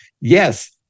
yes